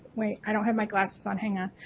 wait, i don't have my glasses on, hang on.